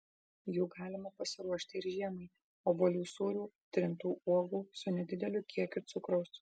jų galima pasiruošti ir žiemai obuolių sūrių trintų uogų su nedideliu kiekiu cukraus